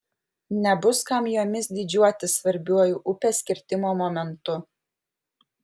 nebus kam jomis didžiuotis svarbiuoju upės kirtimo momentu